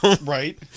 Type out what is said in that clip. right